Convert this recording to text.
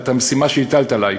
על המשימה שהטלת עלי.